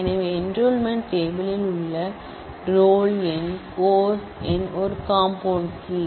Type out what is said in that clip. எனவே enrolment table ல் உள்ள ரோல் எண் கோர்ஸ் எண் ஒரு காம்பவுண்ட் கீ